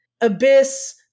abyss